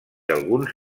alguns